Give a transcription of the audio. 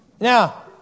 Now